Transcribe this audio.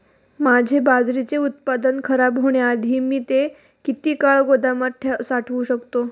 माझे बाजरीचे उत्पादन खराब होण्याआधी मी ते किती काळ गोदामात साठवू शकतो?